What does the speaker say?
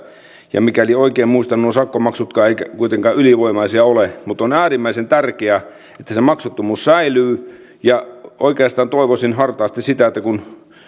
ja mikäli oikein muistan nuo sakkomaksutkaan eivät kuitenkaan ylivoimaisia ole mutta on äärimmäisen tärkeää että se maksuttomuus säilyy ja oikeastaan toivoisin hartaasti sitä että kun